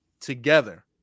together